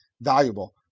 valuable